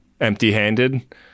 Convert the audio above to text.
empty-handed